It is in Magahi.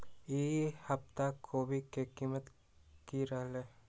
ई सप्ताह कोवी के कीमत की रहलै?